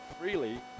freely